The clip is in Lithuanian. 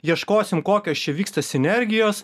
ieškosim kokios čia vyksta sinergijos